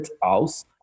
aus